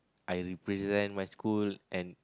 I represent my school and